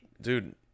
dude